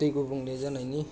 दै गुबुंले जानायनि